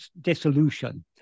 dissolution